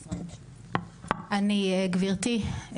שלום, גברתי,